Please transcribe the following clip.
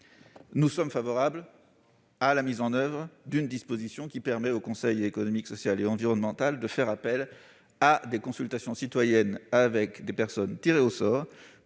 Nous sommes favorables à la mise en oeuvre d'une disposition qui permette au Conseil économique, social et environnemental de faire appel à des consultations citoyennes, avec des personnes tirées au sort,